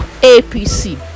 apc